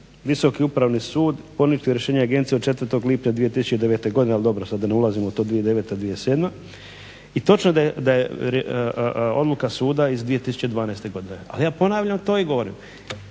Visoki upravni sud poništio rješenje agencije od 4. lipnja 2009. godine, ali dobro sad da ne ulazimo u to 2009., 2007. I točno je da je odluka suda iz 2012. godine. Ali ja ponavljam to i govorim